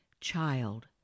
child